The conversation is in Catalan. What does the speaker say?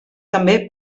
també